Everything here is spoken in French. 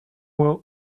ouen